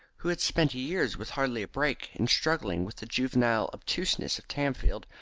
who had spent years with hardly a break in struggling with the juvenile obtuseness of tamfield,